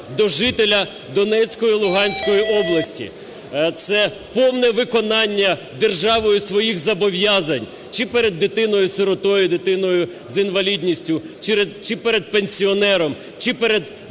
до жителя Донецької і Луганської області, це повне виконання державою своїх зобов'язань чи перед дитиною-сиротою, чи дитиною з інвалідністю, чи перед пенсіонером, чи перед ветераном,